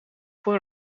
voor